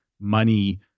money